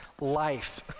life